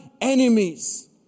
enemies